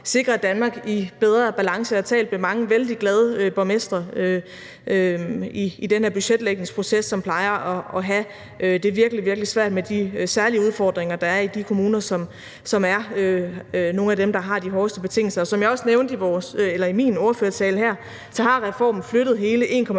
sikrer et Danmark i bedre balance. Jeg har talt med mange vældig glade borgmestre i den her budgetlægningsproces, som plejer at have det virkelig, virkelig svært med de særlige udfordringer, der er i de kommuner, der er nogle af dem, der har de hårdeste betingelser. Som jeg også nævnte i min tale her, har reformen flyttet hele 1,4